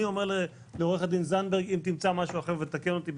אני אומר לעו"ד זנדברג: אם תמצא משהו אחר ותתקן אותי,